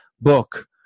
book